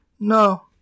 No